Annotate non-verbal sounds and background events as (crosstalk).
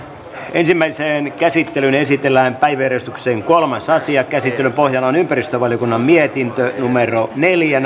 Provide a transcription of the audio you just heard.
ensimmäiseen käsittelyyn esitellään päiväjärjestyksen kolmas asia käsittelyn pohjana on ympäristövaliokunnan mietintö neljä (unintelligible)